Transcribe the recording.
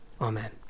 Amen